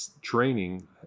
training